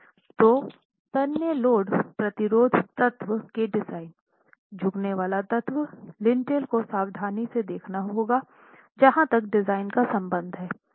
तो तन्य लोड प्रतिरोध तत्व के डिज़ाइन झुकने वाला तत्व लिंटेल को सावधानी से देखना होगा जहां तक डिज़ाइन का संबंध है